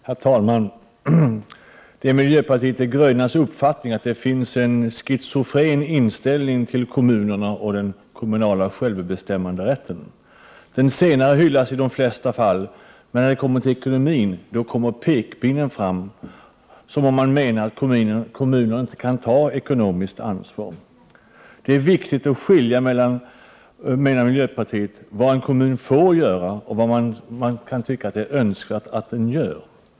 Herr talman! Det är miljöpartiet de grönas uppfattning att det finns en schizofren inställning till kommunerna och den kommunala självbestämmanderätten. Den senare hyllas i de flesta fall, men när det kommer till ekonomin då kommer pekpinnen fram, som om man menar att kommunerna inte kan ta ekonomiskt ansvar. Det är viktigt, menar miljöpartiet, att skilja mellan vad en kommun får göra och vad man kan tycka att det är önskvärt att den gör.